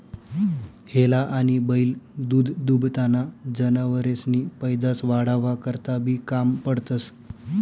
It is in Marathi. हेला आनी बैल दूधदूभताना जनावरेसनी पैदास वाढावा करता बी काम पडतंस